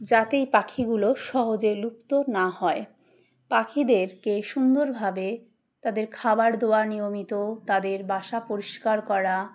যাতেই পাখিগুলো সহজে লুপ্ত না হয় পাখিদেরকে সুন্দরভাবে তাদের খাবার দেওয়া নিয়মিত তাদের বাসা পরিষ্কার করা